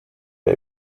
der